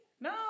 No